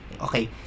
okay